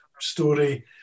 story